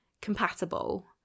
compatible